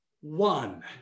one